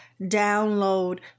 download